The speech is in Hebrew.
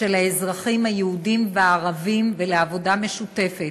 של האזרחים היהודים והערבים, ולעבודה משותפת,